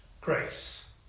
Grace